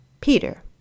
Peter